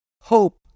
hope